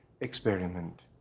experiment